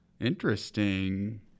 Interesting